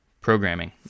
programming